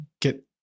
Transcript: get